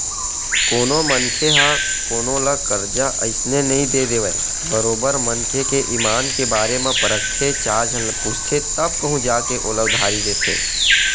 कोनो मनखे ह कोनो ल करजा अइसने नइ दे देवय बरोबर मनखे के ईमान के बारे म परखथे चार झन ल पूछथे तब कहूँ जा के ओला उधारी देथे